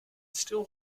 still